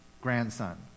grandson